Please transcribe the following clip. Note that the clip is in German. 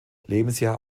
lebensjahr